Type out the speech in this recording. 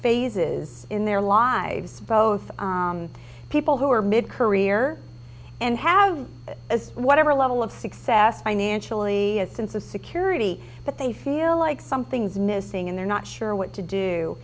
phases in their lives both people who are mid career and have as whatever level of success financially as sense of security but they feel like something's missing and they're not sure what to do